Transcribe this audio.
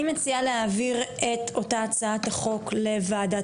אני מציעה להעביר את אותה הצעת החוק לוועדת